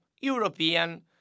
European